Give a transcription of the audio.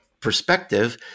perspective